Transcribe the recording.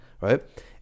right